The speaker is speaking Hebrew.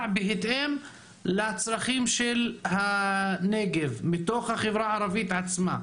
בהתאם לצרכים של הנגב מתוך החברה הערבית עצמה?